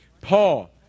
Paul